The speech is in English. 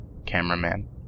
Cameraman